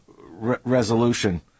resolution